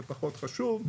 זה פחות חשוב.